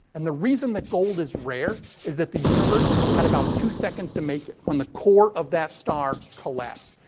and the reason that gold is rare is that the universe had about two seconds to make it when the core of that star collapsed.